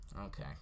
okay